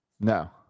No